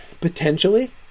potentially